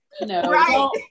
No